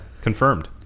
Confirmed